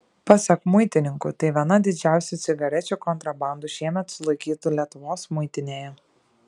pasak muitininkų tai viena didžiausių cigarečių kontrabandų šiemet sulaikytų lietuvos muitinėje